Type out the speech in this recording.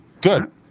Good